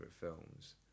films